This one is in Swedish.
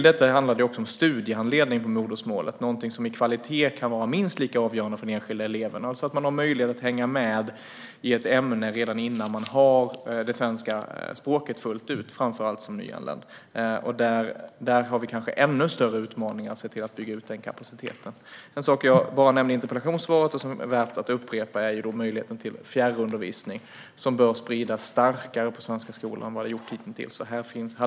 Därutöver handlar det också om studiehandledning på modersmålet, något som kvalitetsmässigt kan vara minst lika avgörande för den enskilda eleven - att man har möjlighet att hänga med i ett ämne redan innan man kan svenska språket fullt ut, framför allt som nyanländ. När det gäller att bygga ut den kapaciteten har vi kanske ännu större utmaningar. En sak jag bara nämnde i interpellationssvaret och som är värd att upprepa är möjligheten till fjärrundervisning, som bör spridas starkare på svenska skolor än vad som hittills gjorts.